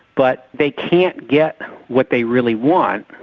but they can't get what they really want,